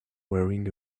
wearing